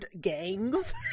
gangs